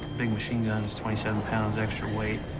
big machine guns, twenty seven pounds extra weight,